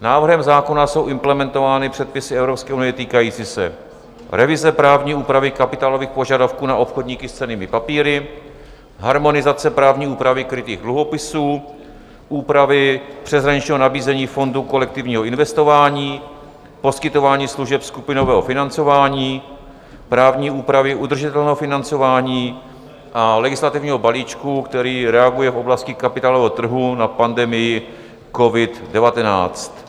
Návrhem zákona jsou implementovány předpisy Evropské unie týkající se revize právní úpravy kapitálových požadavků na obchodníky s cennými papíry, harmonizace právní úpravy krytých dluhopisů, úpravy přeshraničního nabízení fondu kolektivního investování, poskytování služeb skupinového financování, právní úpravy udržitelného financování a legislativního balíčku, který reaguje v oblasti kapitálového trhu na pandemii covid19.